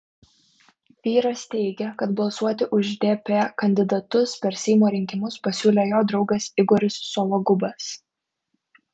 vyras teigė kad balsuoti už dp kandidatus per seimo rinkimus pasiūlė jo draugas igoris sologubas